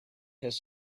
his